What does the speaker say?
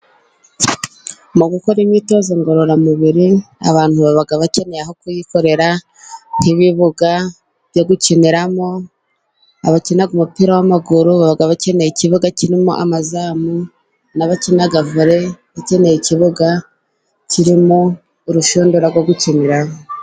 Mu gukora imyitozo ngororamubiri abantu baba bakeneye aho kuyikorera, nk'ibibuga byo gukiniramo, abakina umupira w'amaguru bakeneye ikibuga, amazamu n'abakina vole bakeneye ikibuga kirimo urushundura rwo gukiniramo.